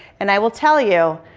and i will tell you